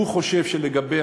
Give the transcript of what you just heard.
הוא חושב שלגבי